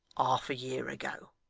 half a year ago